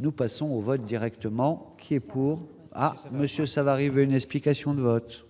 nous passons va directement qui est pour Monsieur Savary venu, explications de vote.